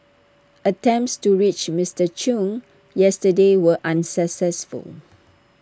attempts to reach Mister chung yesterday were unsuccessful